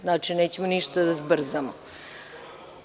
Znači nećemo ništa da zbrzamo.